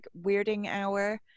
weirdinghour